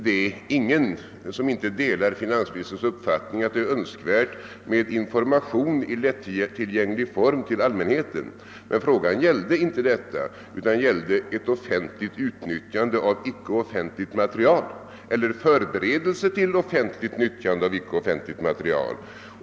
Det är ingen som inte delar finansministerns uppfattning att det är önskvärt med information i lättillgänglig form till allmänheten, men frågan gällde inte detta, utan den avsåg ett offentligt utnyttjande av icke offentligt material eller förberedelse till offentligt nyttjande av icke offentligt material.